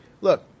look